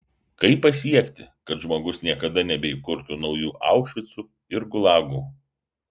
kaip pasiekti kad žmogus niekada nebeįkurtų naujų aušvicų ir gulagų